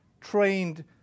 trained